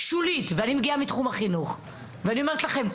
שולית ואני מגיעה מתחום החינוך ואני אומרת לכם,